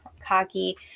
cocky